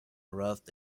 rust